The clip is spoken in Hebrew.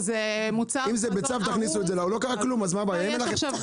כלומר אין לכם